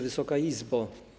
Wysoka Izbo!